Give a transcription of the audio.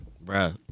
Bro